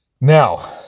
Now